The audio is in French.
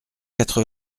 quatre